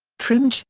trimbach,